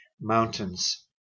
mountains